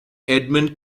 edmund